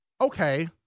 okay